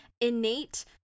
innate